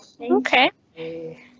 Okay